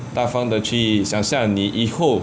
大方的去想象你以后